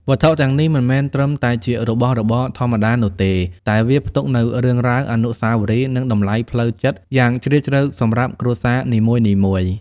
វត្ថុទាំងនេះមិនមែនត្រឹមតែជារបស់របរធម្មតានោះទេ តែវាផ្ទុកនូវ រឿងរ៉ាវ អនុស្សាវរីយ៍ និង តម្លៃផ្លូវចិត្ត យ៉ាងជ្រាលជ្រៅសម្រាប់គ្រួសារនីមួយៗ។